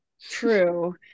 True